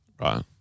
Right